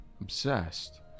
Obsessed